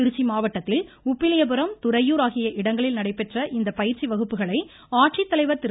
திருச்சி மாவட்டத்தில் உப்பிலியபுரம் துறையூர் ஆகிய இடங்களில் நடைபெற்ற இந்த பயிற்சி வகுப்புகளை ஆட்சித்தலைவர் திரு